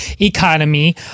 economy